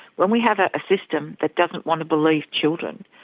when we have a system that doesn't want to believe children,